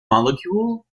molecule